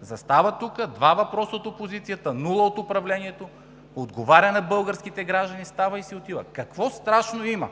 застава тук – два въпроса от опозицията, нула от управлението, отговаря на българските граждани, става и си отива. Какво страшно има?